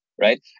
right